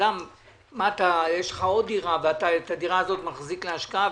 אדם יש לך עוד דירה ואת הדירה הזאת אתה מחזיק להשקעה,